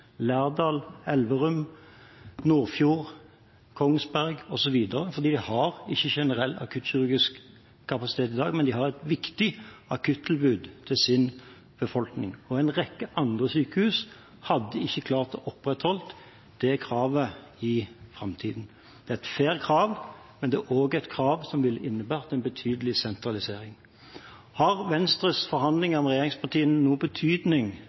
Lærdal, Elverum, Nordfjord, Kongsberg osv. – for de har ikke generell akuttkirurgisk kapasitet i dag, men de har et viktig akuttilbud til sin befolkning. Og en rekke andre sykehus ville ikke klart å opprettholde det kravet i framtiden. Det er et fair krav, men det er også et krav som ville innebåret en betydelig sentralisering. Har Venstres forhandlinger med regjeringspartiene noen betydning